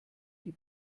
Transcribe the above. die